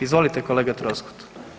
Izvolite kolega Troskot.